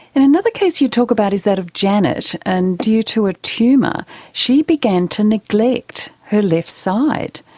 and another case you talk about is that of janet, and due to a tumour she began to neglect her left side.